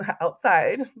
outside